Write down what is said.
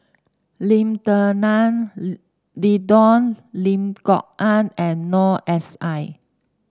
Lim Denan Denon Lim Kok Ann and Noor S I